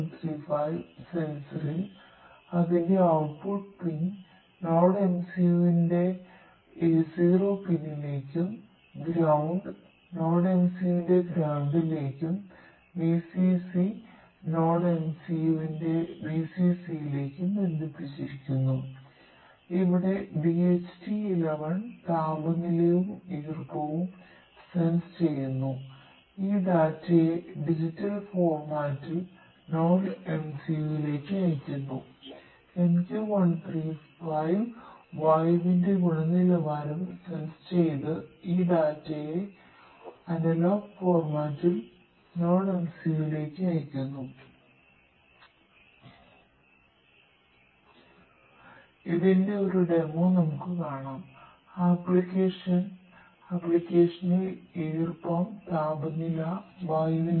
MQ13 സെൻസറിൽ NodeMCU ലേക്ക് അയയ്ക്കുന്നു ഇതിന്റെ ഒരു ഡെമോ ആണ്